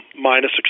minus